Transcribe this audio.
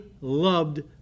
loved